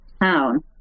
town